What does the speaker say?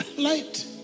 light